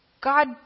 God